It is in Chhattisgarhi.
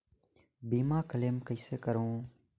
बीमा क्लेम कइसे करों?